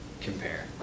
compare